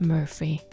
Murphy